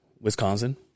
Wisconsin